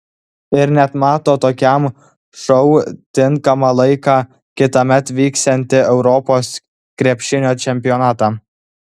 ir net mato tokiam šou tinkamą laiką kitąmet vyksiantį europos krepšinio čempionatą